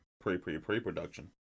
Pre-pre-pre-production